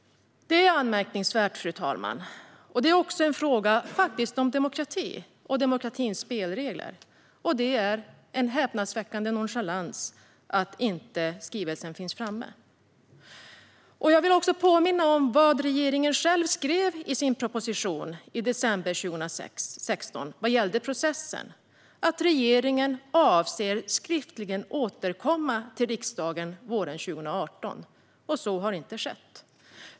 Det är anmärkningsvärt, fru talman, och det är också en fråga om demokrati och demokratins spelregler. Det är en häpnadsväckande nonchalans att skrivelsen inte finns framme. Jag vill också påminna om vad regeringen själv skrev i sin proposition i december 2016 vad gällde processen, nämligen att regeringen avser att skriftligen återkomma till riksdagen under våren 2018. Så har dock inte skett.